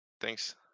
Thanks